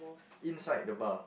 inside the bar